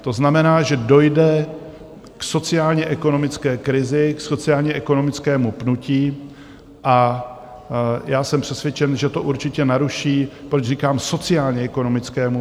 To znamená, že dojde k sociálněekonomické krizi, k sociálněekonomickému pnutí, a já jsem přesvědčen, že to určitě naruší proč říkám sociálněekonomickému?